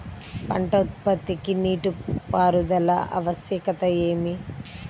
పంట ఉత్పత్తికి నీటిపారుదల ఆవశ్యకత ఏమి?